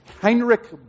Heinrich